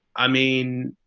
i mean,